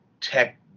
tech